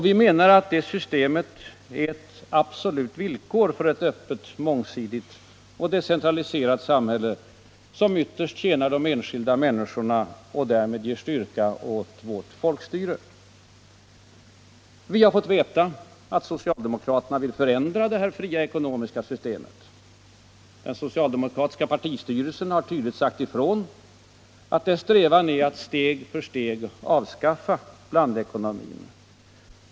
Vi menar att detta system är ett absolut villkor för ett öppet, mångsidigt och decentraliserat samhälle, som ytterst tjänar de enskilda människorna och därmed ger styrka åt vårt folkstyre. Vi har fått veta att socialdemokraterna vill förändra detta fria ekonomiska system. Den socialdemokratiska partistyrelsen har tydligt sagt ifrån att dess strävan är att steg för steg avskaffa blandekonomin.